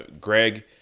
Greg